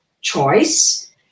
choice